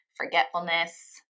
forgetfulness